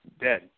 dead